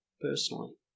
personally